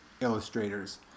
illustrators